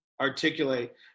articulate